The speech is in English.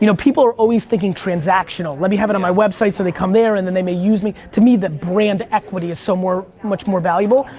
you know people are always thinking transactional. let me have it on my website so they come there and then they may use me. to me the brand equity is so much more valuable.